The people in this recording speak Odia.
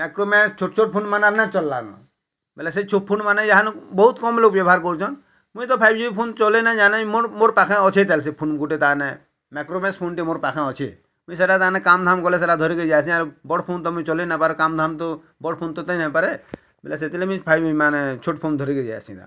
ମାଇକ୍ରୋ ମାକ୍ସ ଛୋଟ ଛୋଟ ଫୁନ୍ମାନ ଆଣିଲା ଚଲ୍ଲାନ ବୋଲେ ସେଇ ଛୋଟ ଫୁନ୍ମାନ ୟାହାନୁ ବହୁତ୍ କମ୍ ସୋକ ବ୍ୟବହାର କରୁଛନ୍ ମୁଁ ତ ଫାଇଭ୍ ଜି ଫୁନ୍ ଚଲେଇ ନାଇ ଜାନେ ମେର୍ ମେର୍ ପାଖେ ଅଛେ ତା'ହାଲେ ସେ ଫୋନ୍ ଗୋଟେ ତାନେ ମାଇକ୍ରୋ ମାକ୍ସ ଫୋନ୍ଟେ ମୋ ପାଖେ ଅଛି ମୁଇଁ ସେଟା ତାନେ କାମ୍ ଧାମ୍ କଲେ ସେଇଟା ଧରି କି ଯାଇଁସି ଆର୍ ବଡ଼ ଫୋନ୍ ତୁମେ ଚଲାଇନପାର କାମ୍ ଧାମ୍ ତ ବଡ଼ ଫୋନ୍ ତ ନେଇ ହେଇପାରେ ବୋଲେ ସେଥିରେ ବି ଫାଇଭ୍ ମାନେ ଛୋଟ ଫୋନ୍ ଧରିକି ଯାଏସି ବା